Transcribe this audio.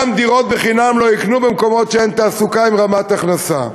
גם דירות בחינם לא ייקחו במקומות שבהם אין תעסוקה עם רמת הכנסה.